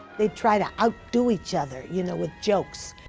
they'd try to out do each other, you know, with jokes.